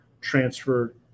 transferred